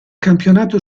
campionato